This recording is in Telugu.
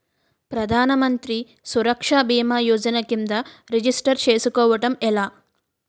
ప్రధాన మంత్రి సురక్ష భీమా యోజన కిందా రిజిస్టర్ చేసుకోవటం ఎలా?